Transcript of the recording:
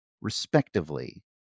respectively